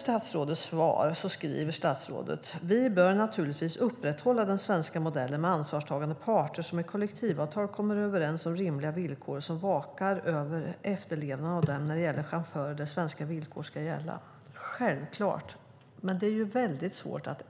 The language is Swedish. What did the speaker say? Statsrådet skriver i sitt svar: Vi bör naturligtvis upprätthålla den svenska modellen med ansvarstagande parter som i kollektivavtal kommer överens om rimliga villkor, och som vakar över efterlevnaden av dem, när det gäller chaufförer där svenska villkor ska gälla. Det är självklart. Men det är väldigt svårt att